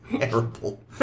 Terrible